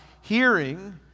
hearing